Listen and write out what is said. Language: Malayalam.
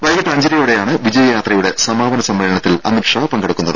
വൈകിട്ട് അഞ്ചരയോടെയാണ് വിജയയാത്രയുടെ സമാപന സമ്മേളനത്തിൽ അമിത് ഷാ പങ്കെടുക്കുന്നത്